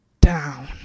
down